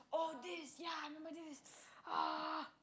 oh this yeah I remember this ah